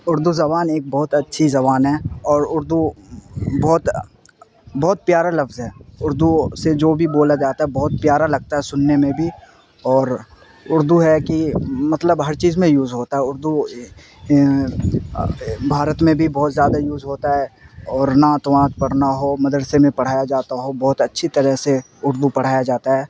اردو زبان ایک بہت اچھی زبان ہے اور اردو بہت بہت پیارا لفظ ہے اردو سے جو بھی بولا جاتا ہے بہت پیارا لگتا ہے سننے میں بھی اور اردو ہے کی مطلب ہر چیز میں یوز ہوتا ہے اردو بھارت میں بھی بہت زیادہ یوز ہوتا ہے اور نعت وات پڑھنا ہو مدرسے میں پڑھایا جاتا ہو بہت اچھی طرح سے اردو پڑھایا جاتا ہے